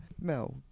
Mel